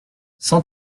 cent